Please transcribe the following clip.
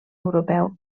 europeu